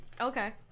Okay